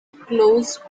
closed